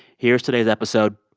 here's today's episode.